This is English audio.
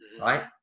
right